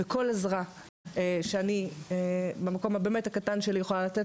כל עזרה שאני מהמקום הקטן שלי יכולה לתת,